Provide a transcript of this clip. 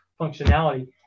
functionality